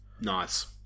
Nice